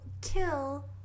kill